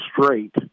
straight